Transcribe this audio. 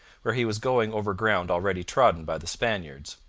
where he was going over ground already trodden by the spaniards.